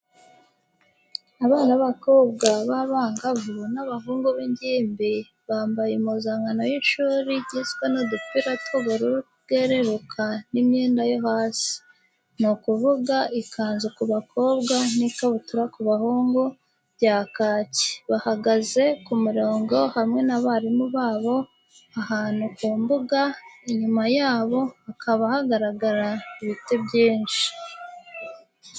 Abana b'abakobwa b'abangavu n'ab'abahungu b'ingimbi, bambaye impuzankano y'ishuri igizwe n'udupira tw'ubururu bweruruka n'imyenda yo hasi. Ni ukuvuga ikanzu ku bakobwa n'ikabutura ku bahungu, bya kaki, bahagaze ku mirongo hamwe n'abarimu babo, ahantu ku mbuga, inyuma yabo hakaba hagaragara ibiti byinshi.